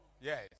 Yes